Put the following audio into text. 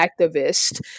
activist